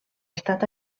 estat